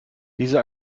diese